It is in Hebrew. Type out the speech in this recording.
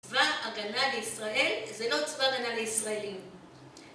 צבא הגנה לישראל זה לא צבא הגנה לישראלים